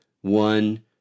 one